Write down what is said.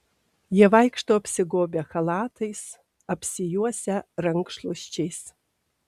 jie vaikšto apsigobę chalatais apsijuosę rankšluosčiais